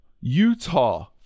Utah